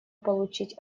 получить